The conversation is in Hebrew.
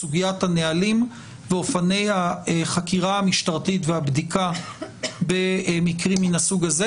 סוגיית הנהלים ואופני החקירה המשטרתית והבדיקה במקרים מן הסוג הזה,